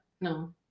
no